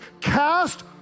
cast